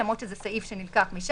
אף על פי שזה סעיף שנחקק משם,